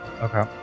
Okay